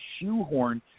shoehorn